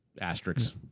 asterisks